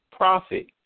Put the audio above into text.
profit